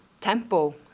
tempo